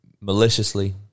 maliciously